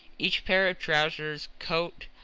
each pair of trousers, coat,